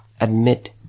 admit